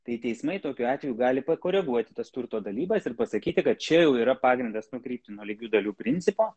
tai teismai tokiu atveju gali pakoreguoti tas turto dalybas ir pasakyti kad čia jau yra pagrindas nukrypti nuo lygių dalių principo